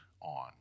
on